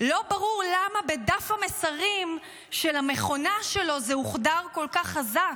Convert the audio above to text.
לא ברור למה בדף המסרים של המכונה שלו זה הוחדר כל כך חזק.